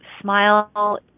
smile